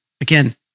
again